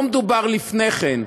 לא מדובר על לפני כן,